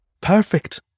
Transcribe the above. Perfect